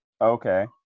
Okay